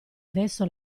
adesso